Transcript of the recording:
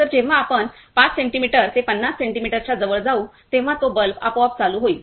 तर जेव्हा आपण 5 सेंटीमीटर ते 50 सेंटीमीटरच्या जवळ जाऊ तेव्हा तो बल्ब आपोआप चालू होईल